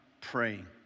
praying